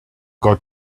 got